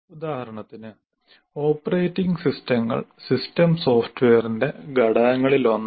ഉദാഹരണത്തിന് ഓപ്പറേറ്റിംഗ് സിസ്റ്റങ്ങൾ സിസ്റ്റം സോഫ്റ്റ്വെയറിന്റെ ഘടകങ്ങളിലൊന്നാണ്